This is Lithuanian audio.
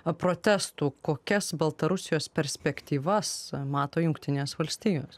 protestų kokias baltarusijos perspektyvas mato jungtinės valstijos